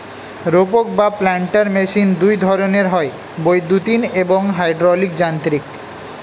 রোপক বা planter machine দুই ধরনের হয়, বৈদ্যুতিন এবং হাইড্রলিক যান্ত্রিক